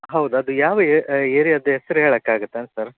ಹೌದು ಅದು ಯಾವ ಏರಿಯಾದ ಹೆಸ್ರ್ ಹೇಳಕ್ ಆಗುತ್ತ ಸರ್